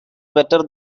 better